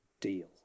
deal